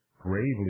gravely